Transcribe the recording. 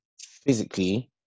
physically